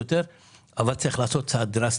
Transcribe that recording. לעשות צעד דרסטי.